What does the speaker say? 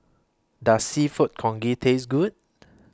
Does Seafood Congee Taste Good